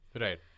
Right